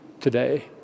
today